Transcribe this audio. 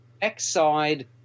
backside